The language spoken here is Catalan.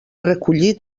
recollir